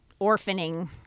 orphaning